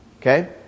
Okay